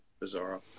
Bizarre